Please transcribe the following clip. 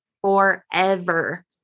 forever